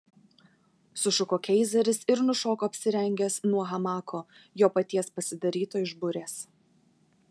sušuko keizeris ir nušoko apsirengęs nuo hamako jo paties pasidaryto iš burės